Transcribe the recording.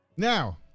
Now